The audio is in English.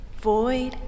void